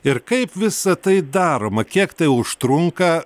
ir kaip visa tai daroma kiek tai užtrunka